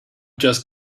just